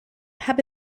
have